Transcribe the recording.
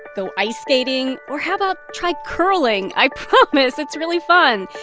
go ice skating, or how about try curling? i promise it's really fun.